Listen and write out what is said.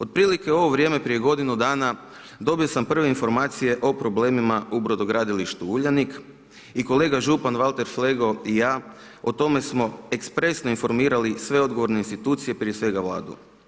Otprilike u ovo vrijeme prije godinu dana, dobio sam prve informacije o problemima u brodogradilištu Uljanik i kolega župan Valter Flego i ja o tome smo ekspresno informirali sve odgovorne institucije prije svega vladu.